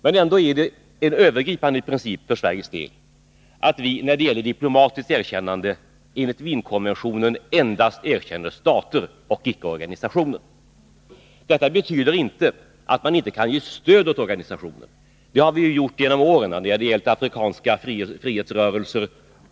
Men ändå är det en övergripande princip för Sveriges del att vi när det gäller diplomatiskt erkännande enligt Wienkonventionen endast erkänner stater och icke organisationer. Detta betyder inte att man inte kan ge stöd åt organisationer. Det har vi gjort genom åren, bl.a. när det gällt afrikanska frihetsrörelser.